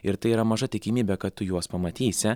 ir tai yra maža tikimybė kad tu juos pamatysi